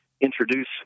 introduce